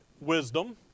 wisdom